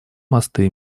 мосты